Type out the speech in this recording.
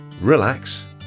relax